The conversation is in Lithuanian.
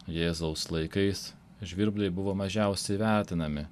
jėzaus laikais žvirbliai buvo mažiausiai vertinami